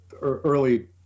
early